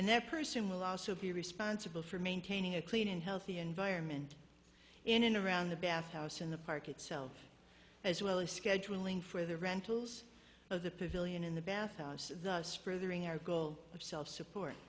and that person will also be responsible for maintaining a clean and healthy environment in and around the bath house in the park itself as well as scheduling for the rentals of the pavilion in the bath house of the spring our goal of self support